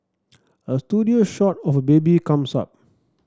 a studio shot of a baby comes up